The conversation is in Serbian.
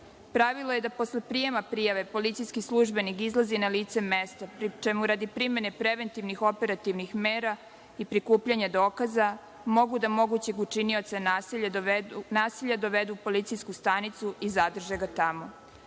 Pravilo je da posle prijema prijave policijski službenik izlazi na lice mesta, pri čemu radi primene preventivnih operativnih mera i prikupljanja dokaza mogu da mogućeg učinioca nasilja dovedu u policijsku stanicu i zadrže ga tamo.